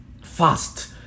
fast